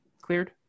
cleared